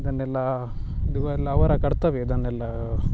ಇದನ್ನೆಲ್ಲ ಇದು ಎಲ್ಲ ಅವರ ಕರ್ತವ್ಯ ಇದನ್ನೆಲ್ಲ